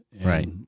Right